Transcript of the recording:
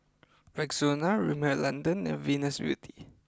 Rexona Rimmel London and Venus Beauty